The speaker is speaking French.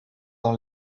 dans